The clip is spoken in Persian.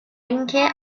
اینکه